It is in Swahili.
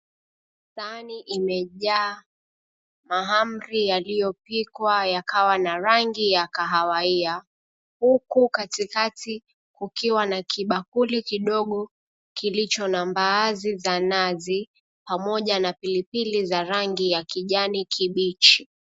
Sahani imejaa mahamri yaliyopikwa yakawa na rangi ya kahawia huku katikati kukiwa na kibakuli kidogo kilicho na mbaazi za nazi pamoja na pilipili za rangi ya kijani kibichi.